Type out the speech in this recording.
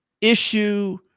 issue